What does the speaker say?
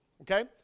Okay